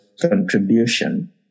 contribution